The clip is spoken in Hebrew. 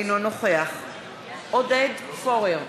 אינו נוכח עודד פורר,